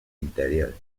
interior